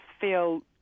feel